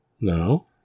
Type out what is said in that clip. No